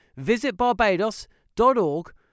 visitbarbados.org